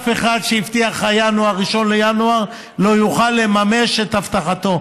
אף אחד שהבטיח 1 בינואר לא יוכל לממש את הבטחתו,